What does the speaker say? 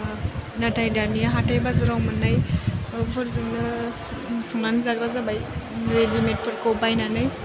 ओह नाथाय दानिया हाथाइ बाजाराव मोन्नाय ओह फोरजोंनो संनानै जाग्रा जाबाय रेडिमेटफोरखौ बायनानै